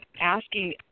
asking